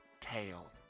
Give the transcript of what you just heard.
tail